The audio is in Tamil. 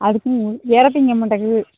அதுக்கும் எரை திங்க மாட்டேங்குது